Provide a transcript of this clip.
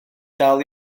dal